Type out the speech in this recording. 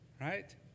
Right